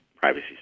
privacy